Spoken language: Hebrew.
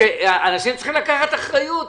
אנשים צריכים לקחת אחריות.